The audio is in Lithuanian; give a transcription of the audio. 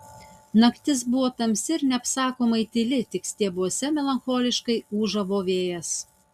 naktis buvo tamsi ir neapsakomai tyli tik stiebuose melancholiškai ūžavo vėjas